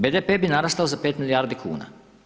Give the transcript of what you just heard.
BDP bi narastao za 5 milijardi kuna.